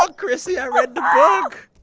chrissy. i read the book.